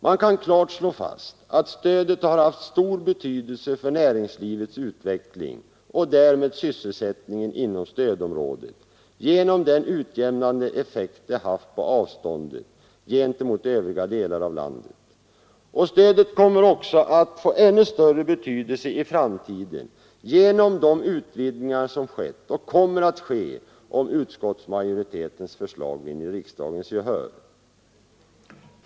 Man kan klart slå fast att stödet har haft stor betydelse för näringslivets utveckling och därmed för sysselsättningen inom stödområdet genom den utjämnande effekt det haft på avstånden i förhållande till övriga delar av landet. Stödet kommer också att få ännu större betydelse i framtiden genom de utvidgningar som skett och kommer att ske om utskottsmajoritetens förslag vinner riksdagens gehör.